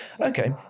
Okay